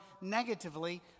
negatively